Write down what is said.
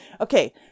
Okay